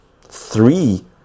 three